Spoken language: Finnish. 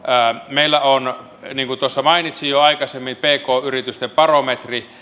meillä on niin kuin mainitsin jo aikaisemmin pk yritysten barometri